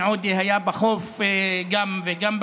עומד לדין אומר את אשר על ליבו ועם מר